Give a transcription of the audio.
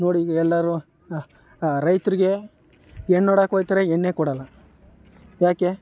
ನೋಡಿ ಈಗ ಎಲ್ಲರೂ ಹಾಂ ರೈತರಿಗೆ ಹೆಣ್ಣು ನೋಡೋಕೆ ಹೋಗ್ತಾರೆ ಹೆಣ್ಣೇ ಕೊಡೋಲ್ಲ ಯಾಕೆ